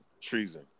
Treason